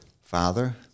Father